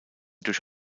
durch